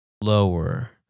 lower